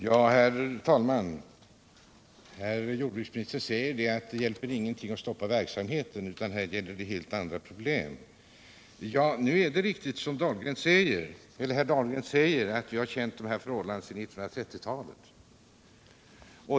Herr talman! Jordbruksministern säger att det inte hjälper med att stoppa verksamheten utan att det här gäller helt andra problem. Det är riktigt som herr Dahlgren säger, att vi känt till dessa förhållanden sedan 1930-talet.